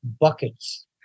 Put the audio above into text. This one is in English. buckets